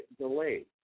delayed